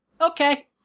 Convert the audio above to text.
Okay